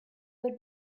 would